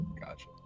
gotcha